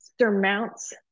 surmounts